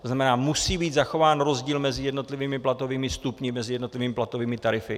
To znamená, musí být zachován rozdíl mezi jednotlivými platovými stupni, mezi jednotlivými platovými tarify.